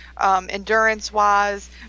endurance-wise